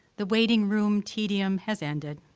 the waiting room tedium has ended,